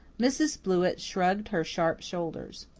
mrs. blewett shrugged her sharp shoulders.